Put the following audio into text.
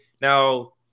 now